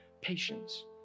patience